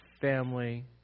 family